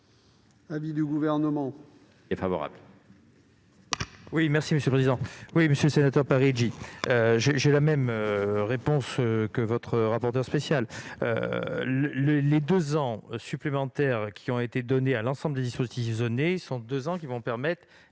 l'avis du Gouvernement ?